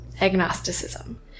agnosticism